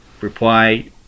reply